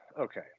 okay